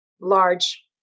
large